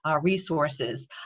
resources